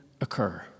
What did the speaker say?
occur